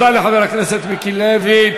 תודה לחבר הכנסת מיקי לוי.